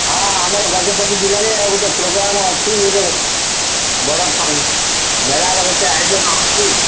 ହଁ ଆମର ଗଜପତି ଜିଲ୍ଲାରେ ଗୋଟେ ପ୍ରୋଗ୍ରାମ ଅଛି ଗୋଟେ ବଡ଼ ମେଳାର ଗୋଟେ ଆୟୋଜନ ହେଉଛି